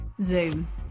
Zoom